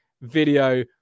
video